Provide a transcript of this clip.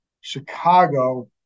Chicago